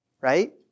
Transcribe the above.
right